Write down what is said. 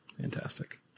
Fantastic